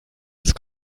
ist